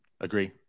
Agree